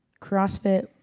CrossFit